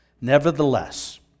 nevertheless